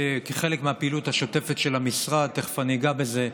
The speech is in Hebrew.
כחלק מהפעילות השוטפת של המשרד, תכף אני אגע בזה,